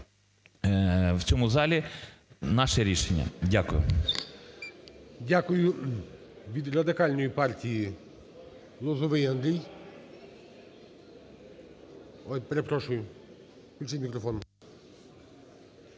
в цьому залі наше рішення. Дякую.